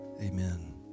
Amen